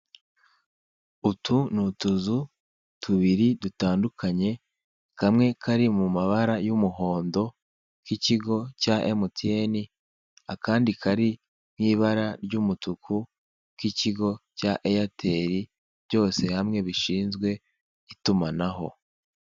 Utu ni utuzu tubiri dutandukanye kamwe kari mu mabara y'umuhondo k'ikigo cya emutiyene, akandi kari mu ibara ry'umutuku k'ikigo cya eyateri. Byose hamwe bishinzwe itumanaho.